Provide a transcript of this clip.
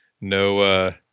No